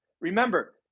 Remember